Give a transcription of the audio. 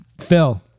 Phil